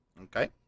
Okay